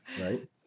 right